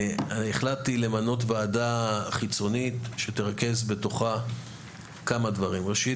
החלטתי למנות ועדה חיצונית שתרכז בתוכה כמה דברים ראשית,